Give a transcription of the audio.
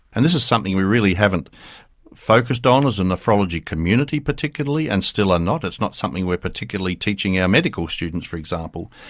and this is something we really haven't focused on as a nephrology community particularly and still are not, it's not something we are particularly teaching our medical students, for example.